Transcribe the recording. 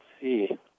see